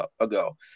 ago